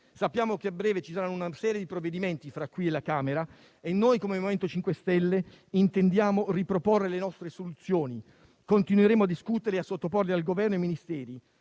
Sappiamo che a breve sarà discussa una serie di provvedimenti fra Senato e Camera e come MoVimento 5 Stelle intendiamo riproporre le nostre soluzioni: continueremo a discuterle e a sottoporle al Governo e ai Ministeri.